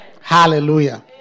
Hallelujah